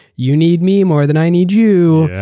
you need me more than i need you.